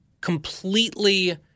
completely